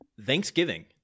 Thanksgiving